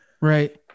Right